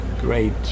great